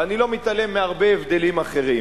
ואני לא מתעלם מהרבה הבדלים אחרים.